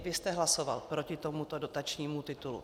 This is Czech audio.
Vy jste hlasoval proti tomuto dotačnímu titulu.